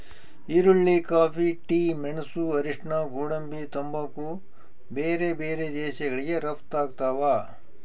ಈರುಳ್ಳಿ coffee tea ಮೆಣಸು ಅರಿಶಿಣ ಗೋಡಂಬಿ ತಂಬಾಕು ಬೇರೆ ಬೇರೆ ದೇಶಗಳಿಗೆ ರಪ್ತಾಗ್ತಾವ